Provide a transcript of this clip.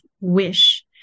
wish